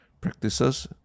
practices